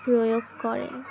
প্রয়োগ করে